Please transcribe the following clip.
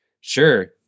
sure